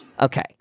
Okay